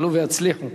עלו והצליחו.